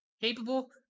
capable